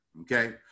okay